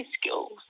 skills